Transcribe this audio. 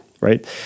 Right